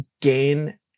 gain